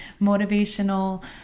motivational